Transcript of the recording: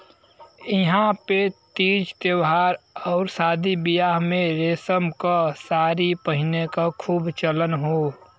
इहां पे तीज त्यौहार आउर शादी बियाह में रेशम क सारी पहिने क खूब चलन हौ